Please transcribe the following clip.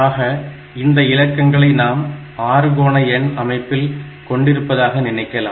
ஆக இந்த இலக்கங்களை நாம் அறுகோண எண் அமைப்பில் கொண்டிருப்பதாக நினைக்கலாம்